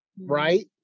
right